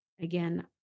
Again